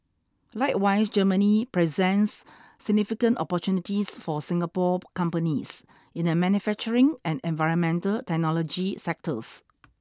likewise Germany presents significant opportunities for Singapore companies in the manufacturing and environmental technology sectors